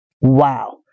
Wow